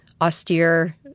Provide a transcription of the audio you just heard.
austere